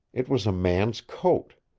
it was a man's coat.